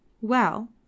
Well